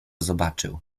zobaczył